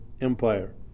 Empire